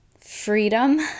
freedom